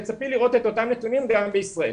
ואת תצפי לראות את אותם נתונים גם בישראל.